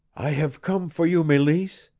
i have come for you, meleese,